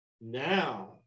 now